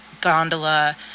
gondola